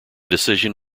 decision